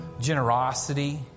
generosity